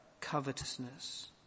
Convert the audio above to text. covetousness